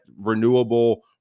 renewable